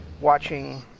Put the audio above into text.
watching